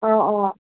অঁ অঁ